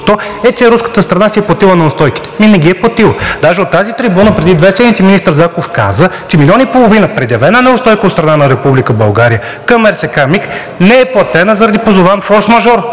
че руската страна си е платила неустойките. Не ги е платила! Даже от тази трибуна преди две седмици министър Заков каза, че милион и половина предявена неустойка от страна на Република България към РСК „МиГ“ не е платена заради позован форсмажор,